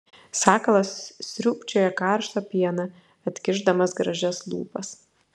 sakalas sriūbčioja karštą pieną atkišdamas gražias lūpas